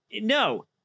No